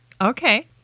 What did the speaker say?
okay